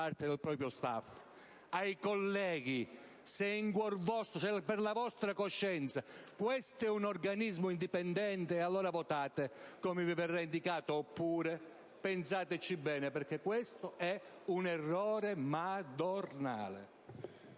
colleghi: se in cuor vostro, per la vostra coscienza questo è un organismo indipendente, allora votate come vi verrà indicato; altrimenti pensateci bene, perché questo è un errore madornale.